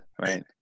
right